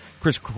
Chris